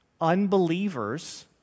unbelievers